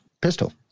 Pistol